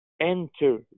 enter